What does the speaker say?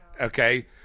Okay